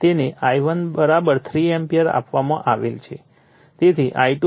તેથી I2 K I1 છે તેને I1 3 એમ્પીયર આપવામાં આવેલ છે